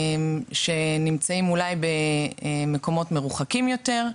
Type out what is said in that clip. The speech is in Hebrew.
שנמצאים אולי במקומות מרוחקים יותר,